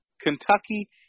Kentucky